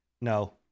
no